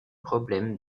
problèmes